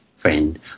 friend